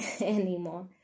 anymore